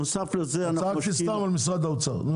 סתם צעקתי על משרד האוצר.